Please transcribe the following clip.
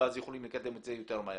ואז יכולים לקדם את זה יותר מהר.